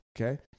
Okay